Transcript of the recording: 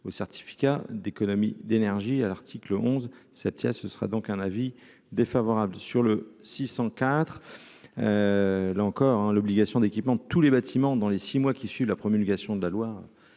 aux certificats d'économie d'énergie à l'article 11 7 Tia, ce sera donc un avis défavorable sur le 600 IV, là encore, l'obligation d'équipements, tous les bâtiments dans les 6 mois qui suivent la promulgation de la loi